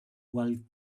while